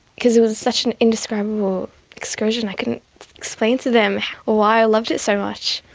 because it was such an indescribable excursion i couldn't explain to them why i loved it so much.